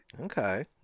Okay